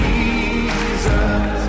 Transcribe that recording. Jesus